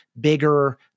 bigger